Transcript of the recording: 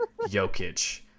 Jokic